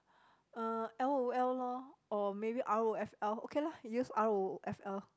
uh l_o_l lor or maybe r_o_f_l okay lah use r_o_f_l